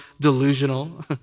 delusional